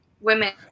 women